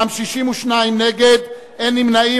31, נגד, 62, אין נמנעים.